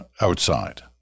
outside